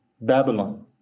Babylon